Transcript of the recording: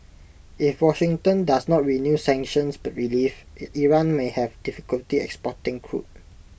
if Washington does not renew sanctions but relief Iran may have difficulty exporting crude